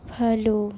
follow